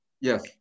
yes